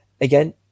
again